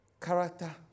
character